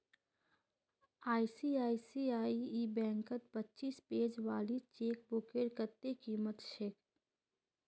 ICICI बैंकत पच्चीस page वाली चेकबुकेर कत्ते कीमत छेक